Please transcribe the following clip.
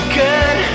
good